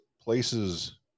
places